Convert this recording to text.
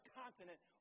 continent